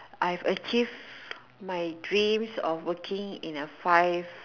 I've achieved my dreams of working in a five